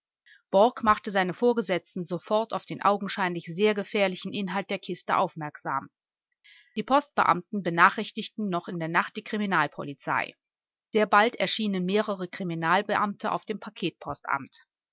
machte seine vorgesetzten sofort auf den augenscheinlich sehr gefährlichen inhalt der kiste aufmerksam die postbeamten benachrichtigten noch in der nacht die kriminalpolizei sehr bald erschienen mehrere kriminalbeamte auf dem